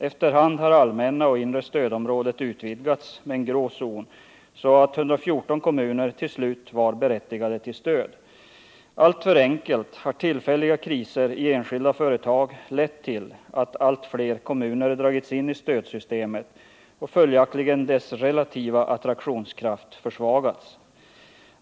Efter hand har det allmänna och det inre stödområdet utvidgats med en grå zon, så att 114 kommuner till slut var berättigade till stöd. Alltför enkelt har tillfälliga kriser i enskilda företag lett till att allt fler kommuner dragits in i stödsystemet med påföljd att glesbygdskommunernas relativa attraktions kraft försvagats.